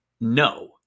no